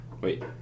Wait